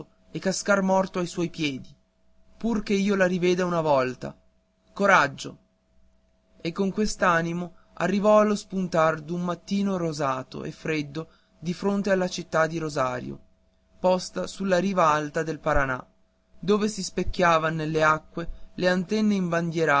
e cascar morto ai suoi piedi pur che io la riveda una volta coraggio e con quest'animo arrivò allo spuntar d'un mattino rosato e freddo di fronte alla città di rosario posta sulla riva alta del paranà dove si specchiavan nelle acque le antenne